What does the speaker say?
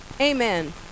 Amen